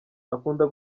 akunda